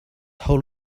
hole